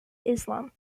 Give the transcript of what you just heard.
islam